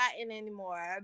anymore